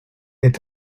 est